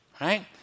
right